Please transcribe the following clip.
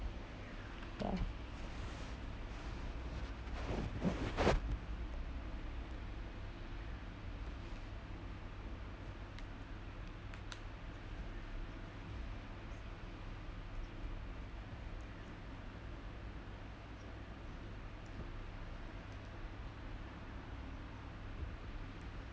ya